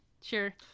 sure